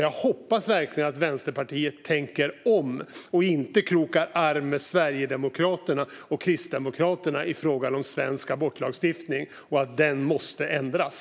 Jag hoppas verkligen att Vänsterpartiet tänker om och inte krokar arm med Sverigedemokraterna och Kristdemokraterna i frågan om svensk abortlagstiftning och att den måste ändras.